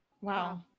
Wow